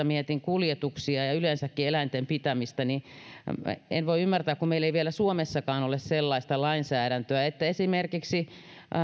mietin kuljetuksia ja yleensäkin eläinten pitämistä en voi ymmärtää että meillä ei vielä suomessakaan ole sellaista lainsäädäntöä että esimerkiksi